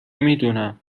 میدونم